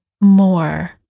more